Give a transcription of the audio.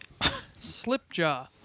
Slipjaw